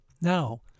Now